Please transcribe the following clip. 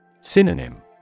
Synonym